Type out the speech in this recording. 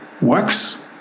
works